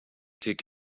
take